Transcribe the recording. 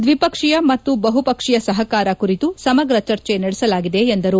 ದ್ವಿಪಕ್ಷೀಯ ಮತ್ತು ಬಹು ಪಕ್ಷೀಯ ಸಪಕಾರ ಕುರಿತು ಸಮಗ್ರ ಚರ್ಚೆ ನಡೆಸಲಾಗಿದೆ ಎಂದರು